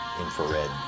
infrared